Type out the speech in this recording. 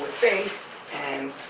faith and